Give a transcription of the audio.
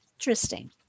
Interesting